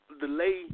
delay